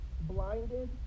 blinded